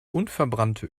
unverbrannte